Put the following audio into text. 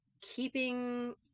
keeping